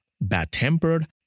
Bad-tempered